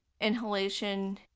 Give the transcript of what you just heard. inhalation